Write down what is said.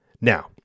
Now